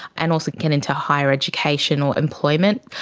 and also get into higher education or employment.